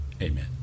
Amen